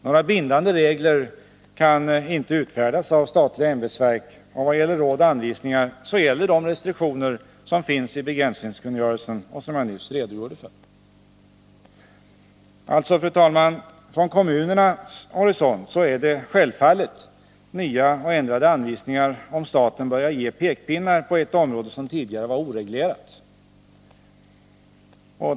Några bindande regler kan inte utfärdas av statliga ämbetsverk, och i vad avser råd och anvisningar gäller de restriktioner som finns i begränsningskungörelsen och som jag nyss redogjorde för. Fru talman! Sett från kommunernas horisont är det alltså självfallet att betrakta nya och ändrade anvisningar på ett tidigare oreglerat område som pekpinnar från staten.